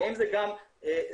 ואם זה גם זום,